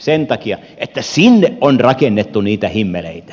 sen takia että sinne on rakennettu niitä himmeleitä